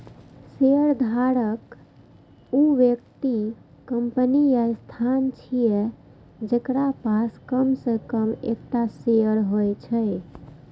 शेयरधारक ऊ व्यक्ति, कंपनी या संस्थान छियै, जेकरा पास कम सं कम एकटा शेयर होइ छै